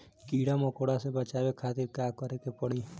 कीड़ा मकोड़ा से बचावे खातिर का करे के पड़ी?